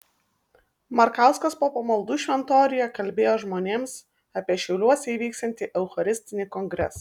markauskas po pamaldų šventoriuje kalbėjo žmonėms apie šiauliuose įvyksiantį eucharistinį kongresą